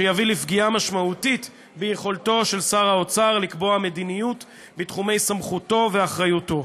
שיביא לפגיעה משמעותית ביכולתו לקבוע מדיניותו בתחומי סמכותו ואחריותו.